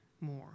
more